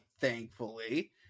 thankfully